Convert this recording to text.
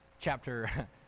Chapter